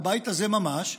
בבית הזה ממש,